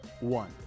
one